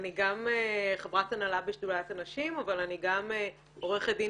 אני גם חברת הנהלה בשדולת הנשים אבל אני גם עורכת דין